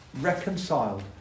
reconciled